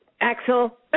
Axel